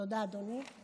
תודה, אדוני.